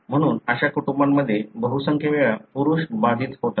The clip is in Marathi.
म्हणून अशा कुटुंबांमध्ये बहुसंख्य वेळा पुरुष बाधित होतात